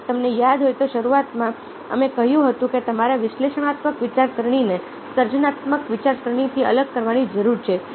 જો તમને યાદ હોય તો શરૂઆતમાં અમે કહ્યું હતું કે તમારે વિશ્લેષણાત્મક વિચારસરણીને સર્જનાત્મક વિચારસરણીથી અલગ કરવાની જરૂર છે